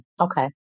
Okay